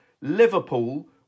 Liverpool